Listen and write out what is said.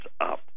up